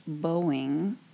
Boeing